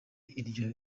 iryo